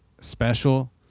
special